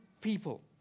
people